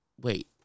Wait